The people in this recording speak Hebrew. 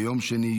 ביום שני,